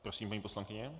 Prosím, paní poslankyně.